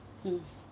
mm